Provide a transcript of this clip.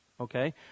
okay